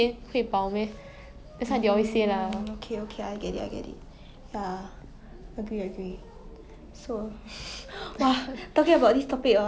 okay you know we've been talking about drama here and there right I think 你喜欢看什么 drama ah